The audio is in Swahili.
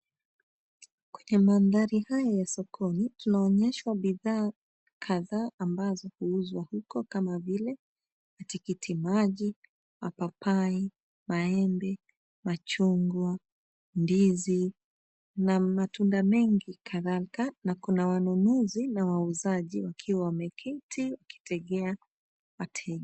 Kwenye mandhari haya ya sokoni, tunaonyeshwa bidhaa kadhaa ambazo huuzwa huko kama vile tikiti maji, mapapai, maembe, machungwa, ndizi na matunda mengi kadhaa na kuna wanunuzi na wauzaji wakiwa wameketi wakitegea wateja.